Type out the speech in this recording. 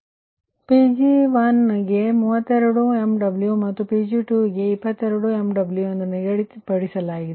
ಆದ್ದರಿಂದ Pg1ಗೆ 32 MW ಮತ್ತು Pg2ಗೆ 22 MW ಎಂದು ನಿಗದಿಪಡಿಸಲಾಗಿದೆ